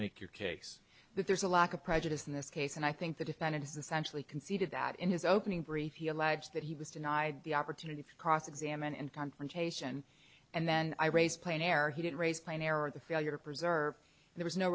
make your case that there's a lack of prejudice in this case and i think the defendant essentially conceded that in his opening brief he alleged that he was denied the opportunity to cross examine and confrontation and then i race plane air he didn't raise plane air or the failure to preserve there was no